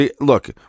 Look